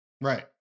Right